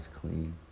clean